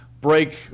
break